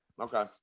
okay